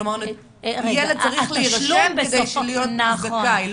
כלומר ילד צריך להירשם כדי להיות זכאי,